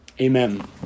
amen